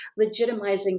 legitimizing